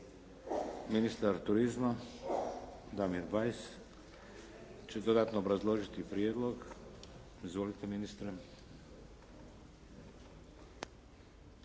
Ministar turizma, Damir Bajs će dodatno obrazložiti prijedlog. Izvolite ministre.